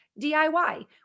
DIY